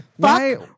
Fuck